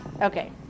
Okay